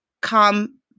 come